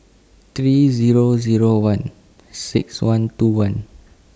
three Zero Zero one six one two one